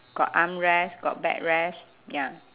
got armrest got backrest ya